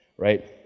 right?